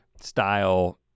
style